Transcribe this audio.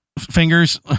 fingers